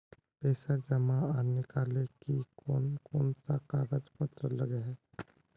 पैसा जमा आर निकाले ला कोन कोन सा कागज पत्र लगे है?